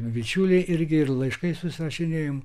bičiuliai irgi ir laiškais susirašinėjom